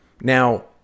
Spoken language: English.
Now